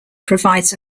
provides